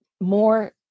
more